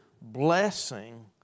blessing